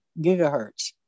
gigahertz